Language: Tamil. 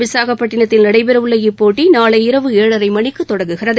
விசாகப்பட்டினத்தில் நடைபெறவுள்ள இப்போட்டி நாளை இரவு ஏழரை மணிக்கு தொடங்குகிறது